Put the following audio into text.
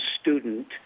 student